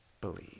believe